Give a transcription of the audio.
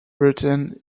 returned